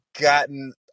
gotten